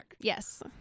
Yes